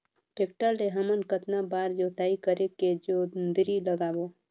Tractor ले हमन कतना बार जोताई करेके जोंदरी लगाबो?